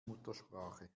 muttersprache